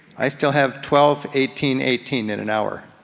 i still have twelve, eighteen, eighteen in an hour.